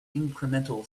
incremental